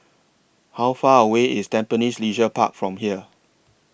How Far away IS Tampines Leisure Park from here